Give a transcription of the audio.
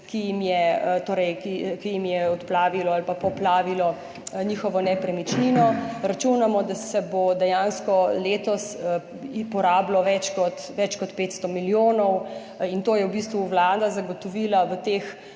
ki jim je odplavilo ali pa poplavilo njihovo nepremičnino, računamo, da se bo dejansko letos porabilo več kot 500 milijonov. To je v bistvu Vlada zagotovila v teh